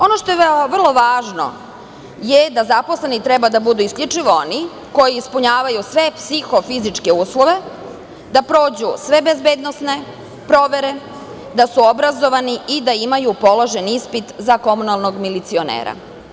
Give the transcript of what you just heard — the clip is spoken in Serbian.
Ono što je vrlo važno je da zaposleni treba da budu isključivo oni koji ispunjavaju sve psihofizičke uslove, da prođu sve bezbednosne provere, da su obrazovani i da imaju položen ispit za komunalnog milicionera.